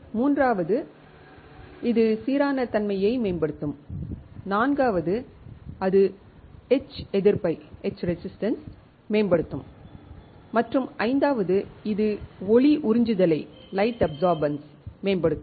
மூன்றாவது இது சீரான தன்மையை மேம்படுத்தும் நான்காவது அது எட்ச் எதிர்ப்பை மேம்படுத்தும் மற்றும் ஐந்தாவது இது ஒளி உறிஞ்சுதலை மேம்படுத்தும்